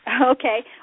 Okay